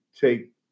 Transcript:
take